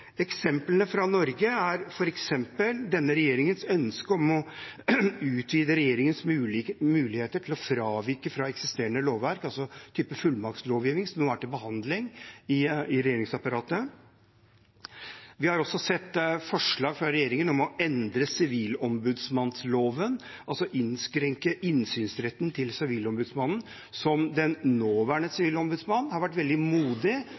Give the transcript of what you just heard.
Eksemplene fra Norge er f.eks. denne regjeringens ønske om å utvide regjeringens muligheter til å fravike fra eksisterende lovverk, altså av typen fullmaktslovgivning, som nå er til behandling i regjeringsapparatet. Vi har også sett forslag fra regjeringen om å endre sivilombudsmannsloven, altså innskrenke innsynsretten til Sivilombudsmannen, som den nåværende sivilombudsmannen har vært veldig modig